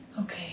Okay